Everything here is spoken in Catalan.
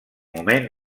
moment